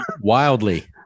wildly